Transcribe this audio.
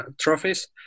Trophies